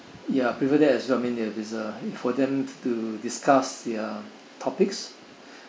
ya prefer that as well I mean it's uh for them to discuss their topics